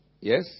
Yes